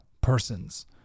persons